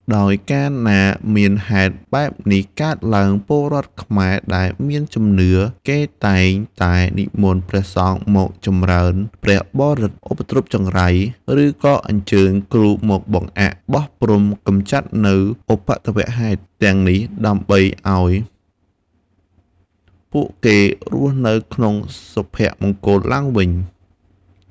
ដោយកាលណាមានហេតុបែបនេះកើតឡើង ពលរដ្ឋខ្មែរដែលមានជំនឿ គេតែងតែនិមន្តព្រះសង្ឃមកចំរើនព្រះបរិត្តបណ្ដេញឧបទ្រពចង្រៃ ឬក៏អញ្ជើញគ្រូមកបង្កក់ ប្រោះព្រំ កំចាត់នូវឧបទ្ទវហេតុទាំងនេះ ដើម្បីឱ្យពួកគេរស់នៅក្នុងសុភមង្គលឡើងវិញ ។